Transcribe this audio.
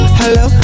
hello